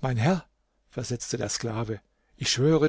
mein herr versetzte der sklave ich schwöre